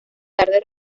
tarde